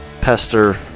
pester